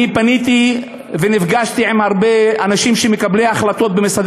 אני פניתי ונפגשתי עם הרבה אנשים שהם מקבלי החלטות במשרדי